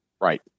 Right